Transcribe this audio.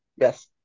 Yes